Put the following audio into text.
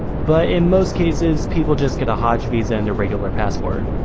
but in most cases people just get a hajj visa in their regular passport.